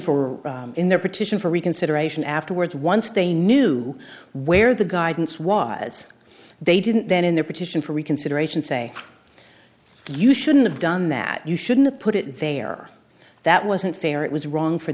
for in their petition for reconsideration afterwards once they knew where the guidance was they didn't then in their petition for reconsideration say you shouldn't have done that you shouldn't put it there that wasn't fair it was wrong for